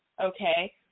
okay